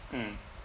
mm